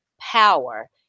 power